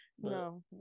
No